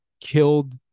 killed